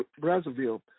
Brazzaville